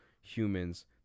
humans